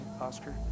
Oscar